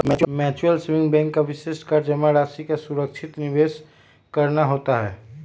mutual saving bank का विशिष्ट कार्य जमा राशि का सुरक्षित निवेश करना होता है